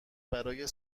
برای